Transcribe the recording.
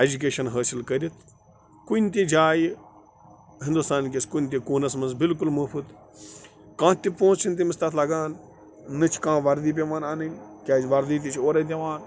education حٲصِل کٔرِتھ کُنہِ تہِ جایہِ ہِنٛدُستانکِس کُنہِ تہِ کوٗنَس منٛز بِلکُل مُفٕت کانٛہہ تہِ پونٛسہٕ چھِنہٕ تٔمِس تَتھ لَگان نَہ چھِ کانٛہہ وَردی پٮ۪وان اَنٕنۍ کیٛازِ وردی تہِ چھِ اورَے دِوان